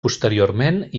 posteriorment